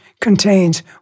contains